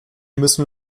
müssen